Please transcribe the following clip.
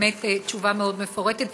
באמת תשובה מאוד מפורטת,